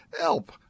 Help